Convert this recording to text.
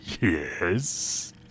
yes